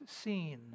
seen